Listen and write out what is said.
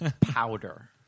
Powder